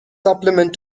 supplement